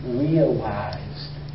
realized